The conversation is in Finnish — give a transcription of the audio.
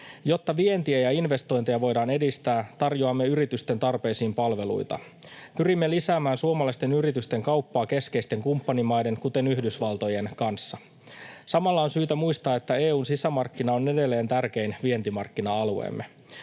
Jotta vientiä ja investointeja voidaan edistää, tarjoamme yritysten tarpeisiin palveluita. Pyrimme lisäämään suomalaisten yritysten kauppaa keskeisten kumppanimaiden kuten Yhdysvaltojen kanssa. Samalla on syytä muistaa, että EU:n sisämarkkina on edelleen tärkein vientimarkkina-alueemme.